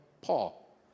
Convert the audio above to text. Paul